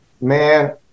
Man